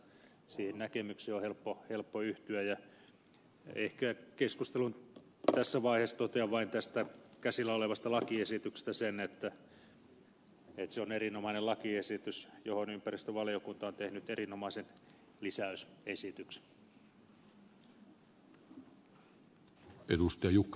siihen näkemykseen on helppo yhtyä ja ehkä keskustelun tässä vaiheessa totean vain tästä käsillä olevasta lakiesityksestä sen että se on erinomainen lakiesitys johon ympäristövaliokunta on tehnyt erinomaisen lisäysesityksen